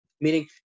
Meaning